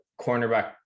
cornerback